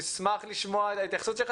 נשמח לשמוע את ההתייחסות שלך.